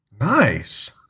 nice